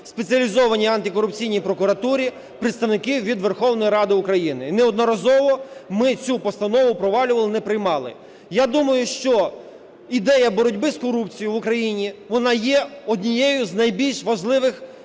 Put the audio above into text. Спеціалізованій антикорупційній прокуратурі представників від Верховної Ради України і неодноразово ми цю постанову провалювали, не приймали. Я думаю, що ідея боротьби з корупцією в Україні, вона є однією з найбільш важливих